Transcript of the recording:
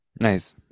nice